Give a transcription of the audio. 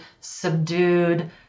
subdued